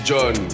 John